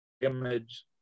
image